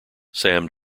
sam